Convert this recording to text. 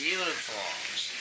uniforms